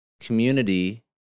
community